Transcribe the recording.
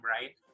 right